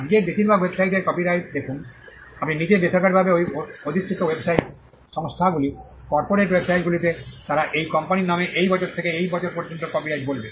আজকের বেশিরভাগ ওয়েবসাইটের কপিরাইট দেখুন আপনি নীচে বেসরকারিভাবে অধিষ্ঠিত ওয়েবসাইট সংস্থাগুলি কর্পোরেট ওয়েবসাইটগুলিতে তারা এই কোম্পানির নামে এই বছর থেকে এই বছর পর্যন্ত কপিরাইট বলবে